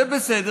זה בסדר,